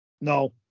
No